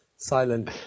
Silent